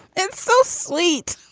and so sweet.